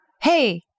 hey